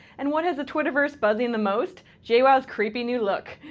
and what had the twitterverse buzzing the most? jwoww's creepy new look!